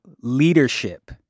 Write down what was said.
leadership